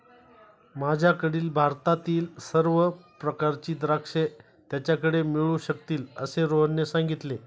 माझ्याकडील भारतातील सर्व प्रकारची द्राक्षे त्याच्याकडे मिळू शकतील असे रोहनने सांगितले